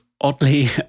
oddly